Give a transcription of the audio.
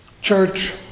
Church